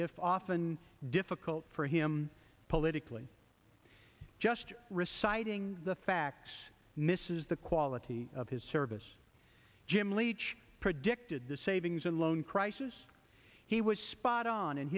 if often difficult for him politically just reciting the facts misses the quality of his service jim leach predicted the savings and loan crisis he was spot on